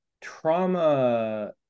trauma